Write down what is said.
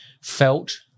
felt